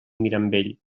mirambell